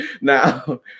Now